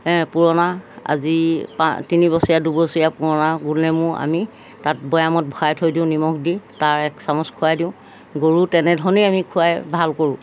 পুৰণা আজি পাঁ তিনিবছৰীয়া দুবছৰীয়া পুৰণা গোলনেমু আমি তাত বৈয়ামত ভৰাই থৈ দিওঁ নিমখ দি তাৰ এক চামচ খুৱাই দিওঁ গৰুক তেনেধৰণেই আমি খুৱাই ভাল কৰোঁ